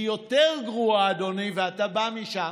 היא יותר גרועה, אדוני, ואתה בא משם,